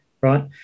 right